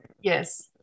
Yes